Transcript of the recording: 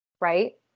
right